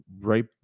right